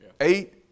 eight